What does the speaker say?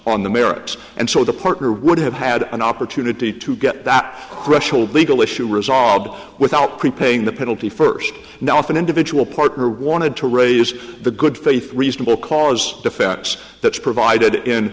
on the merits and so the partner would have had an opportunity to get that crche old legal issue resolved without prepaying the penalty first now if an individual partner wanted to raise the good faith reasonable cause defense that's provided